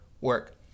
work